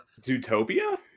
Zootopia